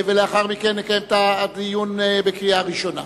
לאחר מכן נקיים את הדיון בקריאה ראשונה.